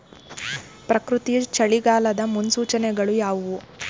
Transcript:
ಪ್ರಕೃತಿಯ ಚಳಿಗಾಲದ ಮುನ್ಸೂಚನೆಗಳು ಯಾವುವು?